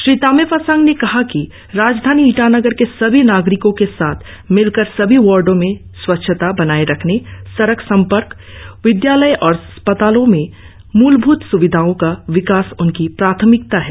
श्री तामे फासांग ने कहा कि राजधानी ईटानगर के सभी नागरिकों के साथ मिलकर सभी वार्डो में स्वच्छता बनाए रखने सडक संपर्क विद्यालय और अस्पतालों में मूलभूत सुविधाओ का विकास उनकी प्राथमिकता है